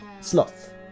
sloth